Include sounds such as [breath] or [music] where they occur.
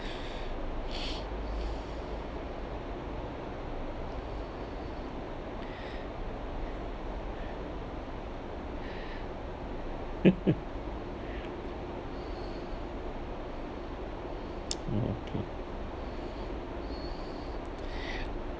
[breath] [laughs] okay [breath]